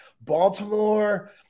Baltimore